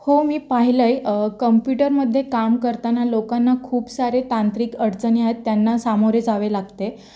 हो मी पाहिलं आहे कम्प्युटरमध्ये काम करताना लोकांना खूप सारे तांत्रिक अडचणी आहेत त्यांना सामोरे जावे लागते